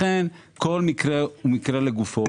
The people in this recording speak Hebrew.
לכן כל מקרה לגופו,